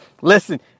Listen